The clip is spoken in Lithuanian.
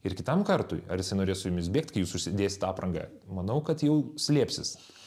ir kitam kartui ar jisai norės su jumis bėgt kai jūs užsidėsit aprangą manau kad jau slėpsis